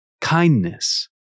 kindness